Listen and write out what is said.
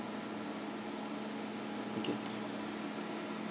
okay